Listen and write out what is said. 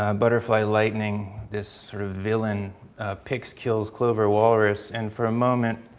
um butterfly lightning, this sort of villain picks kills clover walrus and for a moment,